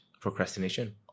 Procrastination